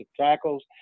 tackles